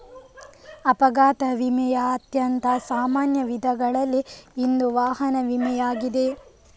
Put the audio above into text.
ಅಪಘಾತ ವಿಮೆಯ ಅತ್ಯಂತ ಸಾಮಾನ್ಯ ವಿಧಗಳಲ್ಲಿ ಇಂದು ವಾಹನ ವಿಮೆಯಾಗಿದೆ